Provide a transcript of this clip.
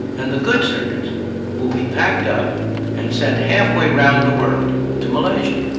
and the good circuits will be packed up and sent halfway around the world to malaysia.